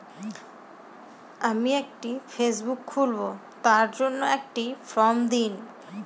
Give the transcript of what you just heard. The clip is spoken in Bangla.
আমি একটি ফেসবুক খুলব তার জন্য একটি ফ্রম দিন?